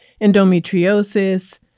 endometriosis